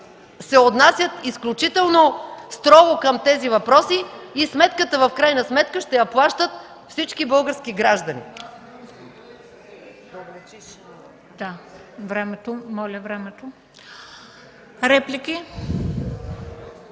се отнасят изключително строго към тези въпроси и накрая сметката ще плащат всички български граждани.